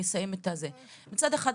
מצד אחד,